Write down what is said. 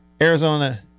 Arizona